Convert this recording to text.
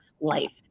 life